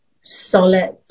solid